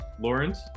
Lawrence